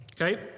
Okay